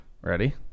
Ready